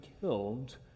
killed